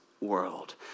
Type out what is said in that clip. world